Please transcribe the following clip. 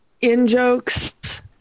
in-jokes